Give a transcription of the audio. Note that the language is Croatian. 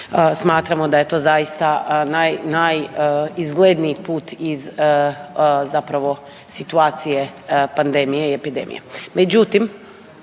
smatramo da je to zaista naj, najizgledniji put iz zapravo situacije pandemije i epidemije.